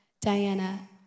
Diana